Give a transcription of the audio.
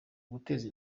guteza